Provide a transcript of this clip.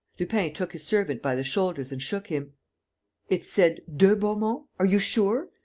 lupin took his servant by the shoulders and shook him it said de beaumont? are you sure?